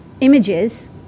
images